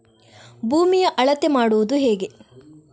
ಭೂಮಿಯ ಅಳತೆ ಮಾಡುವುದು ಹೇಗೆ?